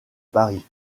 paris